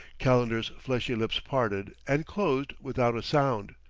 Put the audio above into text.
calendar's fleshy lips parted and closed without a sound.